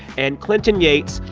and clinton yates,